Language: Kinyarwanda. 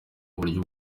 uburyo